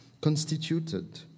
constituted